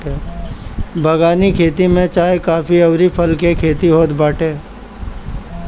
बगानी खेती में चाय, काफी अउरी फल के खेती होत बाटे